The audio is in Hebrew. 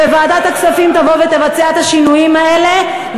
וועדת הכספים תבצע את השינויים האלה.